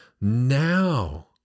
now